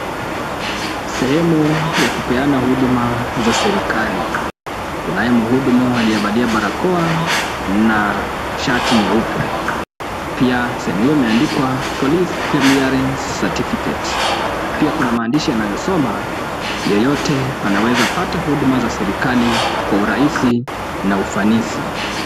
Sehemu ya kupeana huduma za serikali. Kunaye mhudumu aliyevalia barakoa na shati nyeupe, pia sehemu hiyo imeadikwa police clearence certificate pia kuna maandishi inayo soma yeyote anaweza kupata huduma za serekali kwa urahisi na ufanisi.